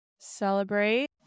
Celebrate